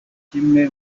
kimwe